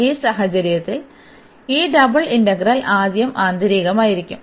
ഈ സാഹചര്യത്തിൽ ഈ ഡബിൾ ഇന്റഗ്രൽ ആദ്യം ആന്തരികമായിരിക്കും